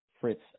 Fritz